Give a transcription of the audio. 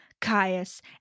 Caius